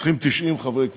צריכים 90 חברי כנסת.